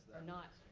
are not.